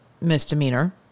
misdemeanor